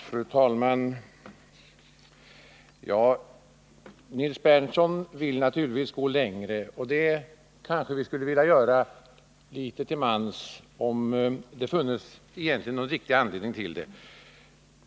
Fru talman! Nils Berndtson vill naturligtvis gå längre, och det kanske vi skulle vilja göra litet till mans, om det funnes någon egentlig anledning till det.